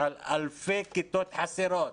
אלפי כיתות חסרות